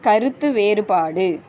கருத்து வேறுபாடு